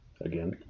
Again